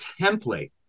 template